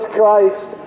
Christ